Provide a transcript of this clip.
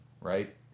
right